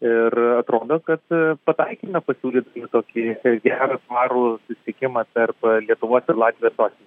ir atrodo kad pataikėme pasiūlydami tokį gerą svarų susiekimą tarp lietuvos ir latvijos sostinių